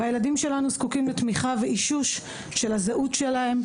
והילדים שלנו זקוקים לתמיכה ולאישוש של הזהות שלהם,